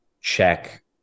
check